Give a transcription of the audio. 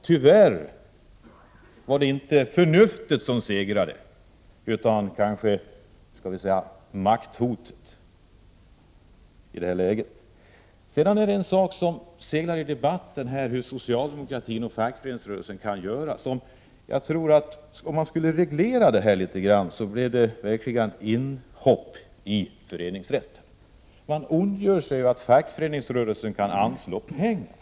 Tyvärr var det i det läget kanske inte förnuftet som segrade utan makthotet. I debatten har det talats om hur socialdemokratin och fackföreningsrörelsen kan göra. Men om man skulle reglera detta, blev det verkligen inhopp i föreningsrätten. Man ondgör sig över att fackföreningsrörelsen kan anslå pengar.